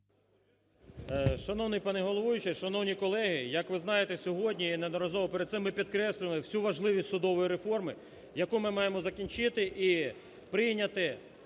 Шановний пане головуючий, шановні колеги, як ви знаєте сьогодні і неодноразово перед цим ми підкреслювали всю важливість судової реформи, яку ми маємо закінчити і прийняти